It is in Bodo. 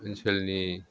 ओनसोलनि